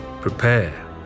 Prepare